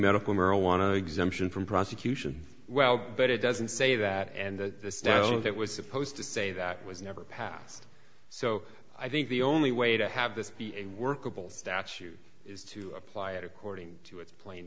medical marijuana exemption from prosecution well but it doesn't say that and that the standard that was supposed to say that was never passed so i think the only way to have this be a workable statute is to apply it according to its plain